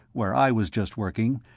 where i was just working,